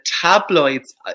tabloids